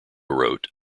wrote